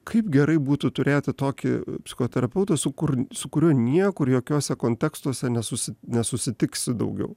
kaip gerai būtų turėti tokį psichoterapeutą su kur su kuriuo niekur jokiuose kontekstuose nesusi nesusitiksi daugiau